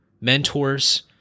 mentors